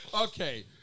Okay